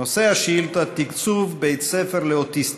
נושא השאילתה: תקצוב בית ספר לאוטיסטים.